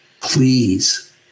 please